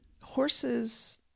horses